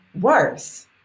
worse